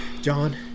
John